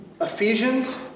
Ephesians